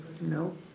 No